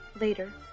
Later